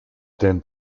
den